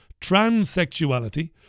transsexuality